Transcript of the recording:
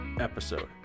episode